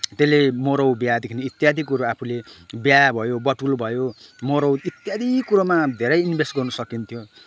त्यसले मरौ बिहादेखि इत्यादि कुरो आफूले बिहा भयो बटुल भयो मरौ इत्यादि कुरोमा धेरै इन्भेस्ट गर्न सकिन्थ्यो